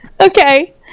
Okay